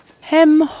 Hem